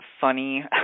funny